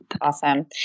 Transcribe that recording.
Awesome